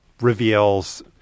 reveals